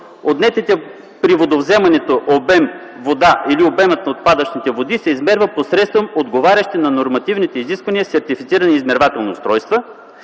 „Отнетият при водовземането обем вода или обемът на отпадъчните води се измерва посредством отговарящи на нормативните изисквания сертифицирани измервателни устройства”.